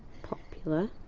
popular.